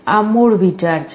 આ મૂળ વિચાર છે